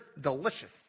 delicious